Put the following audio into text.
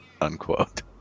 Unquote